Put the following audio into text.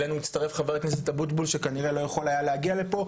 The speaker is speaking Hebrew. אלינו הצטרף חבר הכנסת אבוטבול שכנראה לא יכול היה להגיע לפה,